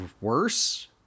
worse